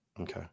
okay